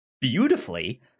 beautifully